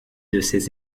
des